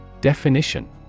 Definition